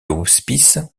hospice